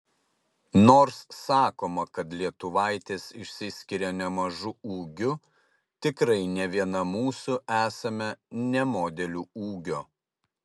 nors sakoma kad lietuvaitės išsiskiria nemažu ūgiu tikrai ne viena mūsų esame ne modelių ūgio